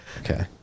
Okay